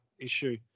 issue